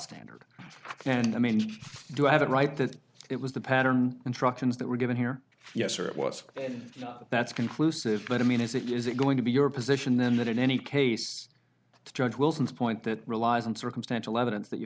standard and i mean do i have it right that it was the pattern instructions that were given here yes or it was that's conclusive but i mean is it is it going to be your position then that in any case to judge wilson's point that relies on circumstantial evidence that you